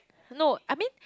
no I mean